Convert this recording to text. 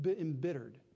embittered